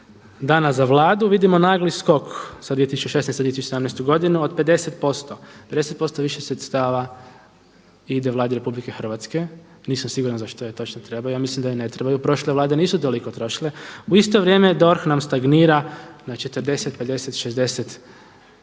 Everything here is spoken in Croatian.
dana za Vladu. Vidimo nagli skok sa 2016. na 2017. godinu od 50%. 50% više sredstava ide Vladi Republike Hrvatske. Nisam siguran za što joj točno treba. Ja mislim da joj ne trebaju. Prošle Vlade nisu toliko trošile. U isto vrijeme DORH nam stagnira na 40, 50, 60